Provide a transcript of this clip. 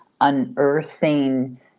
unearthing